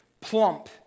plump